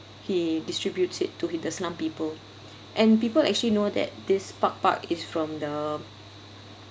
he distributes it to he the slum people and people actually know that this pag-pag is from the